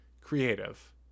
creative